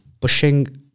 pushing